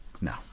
No